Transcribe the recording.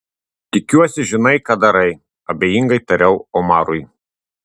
tikiuosi žinai ką darai abejingai tariau omarui